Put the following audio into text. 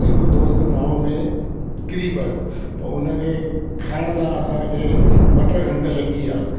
हिकु दोस्त नाओ में किरी पियो पोइ उनखे खाणण लाइ असांखे ॿ टे घंटा लॻी विया